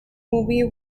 movie